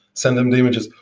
send them the images.